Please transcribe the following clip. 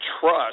trust